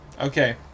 Okay